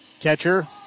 Catcher